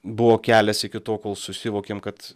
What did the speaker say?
buvo kelias iki to kol susivokėm kad